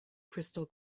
crystal